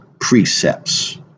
precepts